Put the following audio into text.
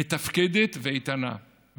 מתפקדת ואיתנה,